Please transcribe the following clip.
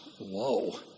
whoa